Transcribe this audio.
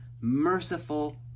merciful